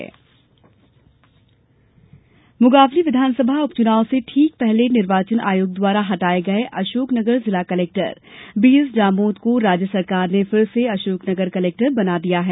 collector पदस्थापना मुंगावली विधानसभा उपचुनाव से ठीक पहले निर्वाचन आयोग द्वारा हटाये गये अशोक नगर जिला कलेक्टर बीएसजामोद को राज्य सरकार ने फिर से अशोक नगर कलेक्टर बना दिया है